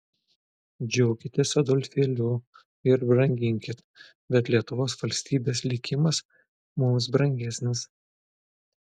džiaukitės adolfėliu ir branginkit bet lietuvos valstybės likimas mums brangesnis